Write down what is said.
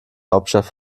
hauptstadt